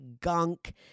gunk